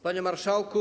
Panie Marszałku!